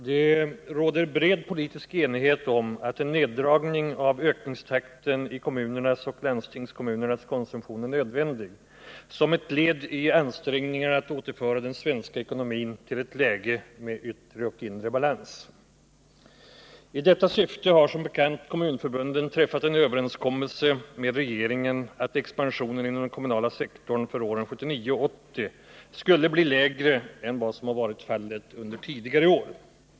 Fru talman! Det råder bred politisk enighet om att en neddragning av ökningstakten i kommunernas och landstingskommunernas konsumtion är nödvändig som ett led i ansträngningarna att återföra den svenska ekonomin till ett läge med yttre och inre balans. I detta syfte har som bekant kommunförbunden träffat en överenskommelse med regeringen att expansionen inom den kommunala sektorn för åren 1979 och 1980 skulle bli lägre än vad som har varit fallet under tidigare år.